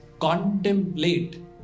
contemplate